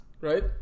Right